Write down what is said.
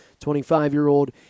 25-year-old